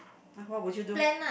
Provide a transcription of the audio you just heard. !huh! what would you do